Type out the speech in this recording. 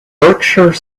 berkshire